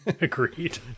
Agreed